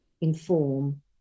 inform